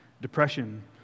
depression